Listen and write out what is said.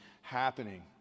happening